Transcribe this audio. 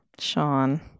sean